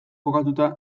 kokatuta